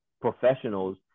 professionals